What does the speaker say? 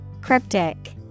Cryptic